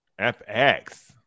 FX